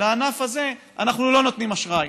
לענף הזה אנחנו לא נותנים אשראי.